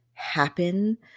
happen